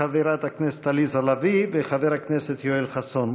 חברת הכנסת עליזה לביא וחבר הכנסת יואל חסון.